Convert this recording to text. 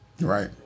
Right